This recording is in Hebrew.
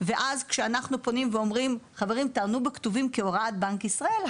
וכשאנחנו מתערבים ואומרים לבנק שיענו בכתב כהוראה של בנק ישראל,